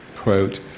quote